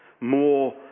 more